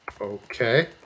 Okay